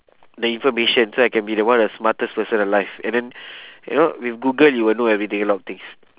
the information so I can be the one of the smartest person alive and then you know with google you will know everything a lot of things